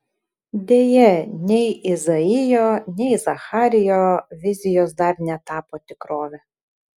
deja nei izaijo nei zacharijo vizijos dar netapo tikrove